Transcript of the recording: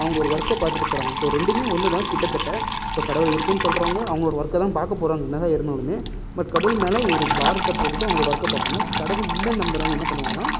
அவங்களோட ஒர்க்கை பார்த்துட்டு போகறாங்க ஸோ ரெண்டுமே ஒன்றுதான் கிட்டத்தட்ட ஸோ கடவுள் இருக்குன்னு சொல்லுறவங்க அவங்களோட ஒர்க்கைதான் பார்க்க போகறாங்க என்ன தான் இருந்தாலுமே பட் கடவுள் மேலே ஒரு பாரத்தை போட்டுவிட்டு அவங்களோட ஒர்க்கை பார்ப்பாங்க கடவுள் இல்லைன்னு நம்புறவங்க என்ன பண்ணுவாங்கன்னா